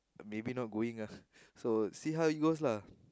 maybe not going lah so see how it goes lah